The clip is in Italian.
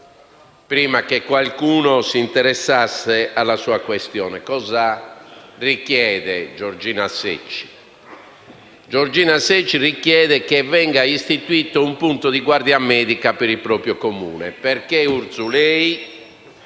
prima che qualcuno si interessasse alla sua questione. Giorgina Secci richiede che venga istituito un punto di guardia medica per il proprio Comune, perché Urzulei,